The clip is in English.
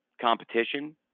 competition